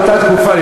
באותה תקופה,